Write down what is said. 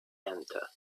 enter